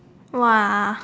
!woah!